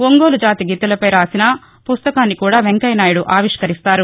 ఒంగోలు జాతి గిత్తెలపై రాసిన పుస్తకాన్ని కూడా వెంకయ్య నాయుడు ఆవిష్కరిస్తారు